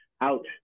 out